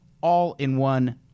all-in-one